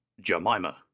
Jemima